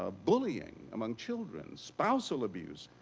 ah bully ing among children, spousal abuse,